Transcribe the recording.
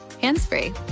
hands-free